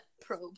probe